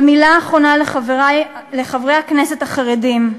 ומילה אחרונה לחברי הכנסת החרדים: